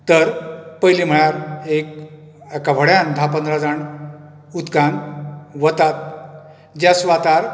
तर पयले म्हळ्यार एक एका व्हड्यान धा पंदरा जाण उदकान वतात जे सुवातार